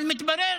אבל מתברר